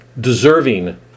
deserving